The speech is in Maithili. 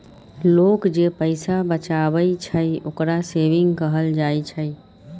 लोक जे पैसा बचाबइ छइ, ओकरा सेविंग कहल जाइ छइ